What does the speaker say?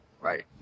Right